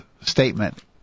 statement